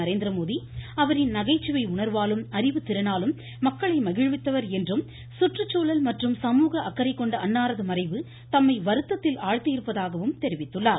நரேந்திரமோடி அவரின் நகைச்சுவை உணர்வாலும் அறிவு திறனாலும் மக்களை மகிழ்வித்தவர் என்றும் சுற்றுச்சூழல் மற்றும் சமூக அக்கறை கொண்ட அன்னாரது மறைவு தம்மை வருத்தத்தில் ஆழ்த்தியிருப்பதாகவும் தெரிவித்துள்ளார்